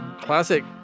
classic